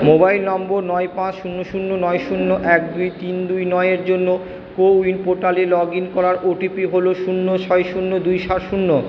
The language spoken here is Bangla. মোবাইল নম্বর নয় পাঁচ শূন্য শূন্য নয় শূন্য এক দুই তিন দুই নয়ের জন্য কোউইন পোর্টালে লগ ইন করার ওটিপি হলো শূন্য ছয় শূন্য দুই সাত শূন্য